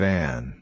Van